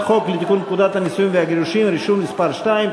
הצעת חוק לתיקון פקודת הנישואין והגירושין (רישום) (מס' 2),